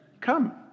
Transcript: come